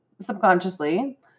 subconsciously